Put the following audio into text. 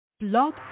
Blog